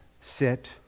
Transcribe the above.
sit